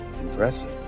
Impressive